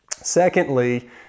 Secondly